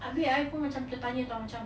abeh I pun macam tertanya [tau] macam